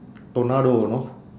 tornado know